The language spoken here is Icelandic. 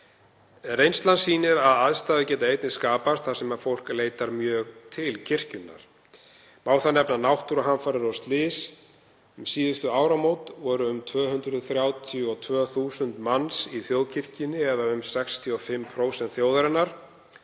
Reynslan sýnir að aðstæður geta einnig skapast þar sem fólk leitar mjög til kirkjunnar. Má þar nefna náttúruhamfarir og slys. Um síðustu áramót voru um 232.000 manns í þjóðkirkjunni eða um það bil 65% þjóðarinnar.